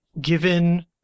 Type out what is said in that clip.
given